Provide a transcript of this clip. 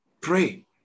pray